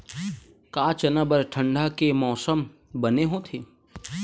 का चना बर ठंडा के मौसम बने होथे?